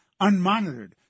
unmonitored